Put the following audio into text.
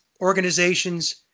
organizations